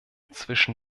zwischen